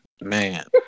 Man